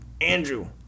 Andrew